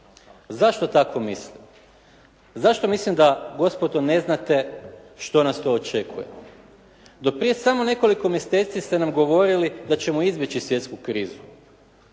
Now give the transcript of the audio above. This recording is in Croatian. Zašto tamo mislim? Zašto mislim da gospodo ne znate što nas to očekuje? Do prije samo nekoliko mjeseci ste nam govorili da ćemo izbjeći svjetsku krizu.